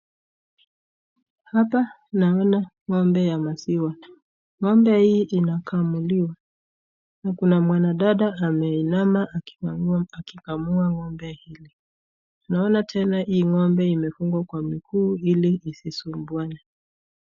Hapa naona ngo'mbe ya maziwa ngo'mbe hii inakamuliwa na kuna mwanadada ameinama akikamua ngo'mbe hii, ninaona tena hii ngo'mbe imefungwa kwa miguu hili isisumbuane.